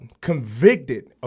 convicted